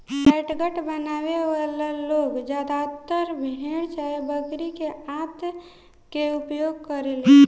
catgut बनावे वाला लोग ज्यादातर भेड़ चाहे बकरी के आंत के उपयोग करेले